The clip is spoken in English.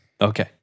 Okay